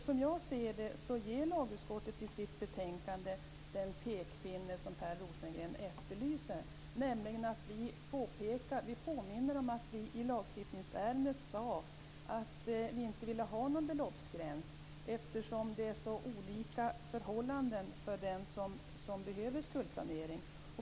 Som jag ser det ger lagutskottet i sitt betänkande den pekpinne som Per Rosengren efterlyser, nämligen att vi påminner om att vi i lagstiftningsärendet sade att vi inte ville ha någon beloppsgräns eftersom det är så olika förhållanden för dem som behöver skuldsanering.